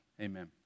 Amen